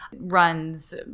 runs